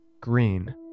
Green